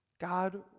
God